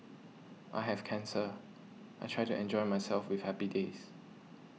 I have cancer I try to enjoy myself with happy days